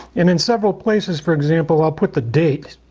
in in several places, for example, i'll put the date.